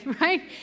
right